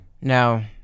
Now